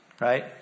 right